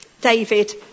David